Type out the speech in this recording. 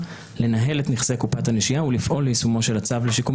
לנהל את נכסי קופת הנשייה ולפעול ליישומו של הצו לשיקום